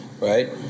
right